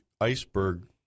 iceberg